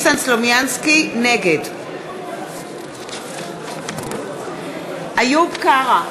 נגד איוב קרא,